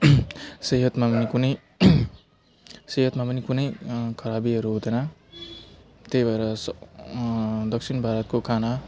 सेहतमा नि कुनै सेहतमा नि कुनै खराबीहरू हुँदैन त्यही भएर सब दक्षिण भारतको खाना